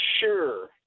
sure